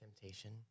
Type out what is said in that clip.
temptation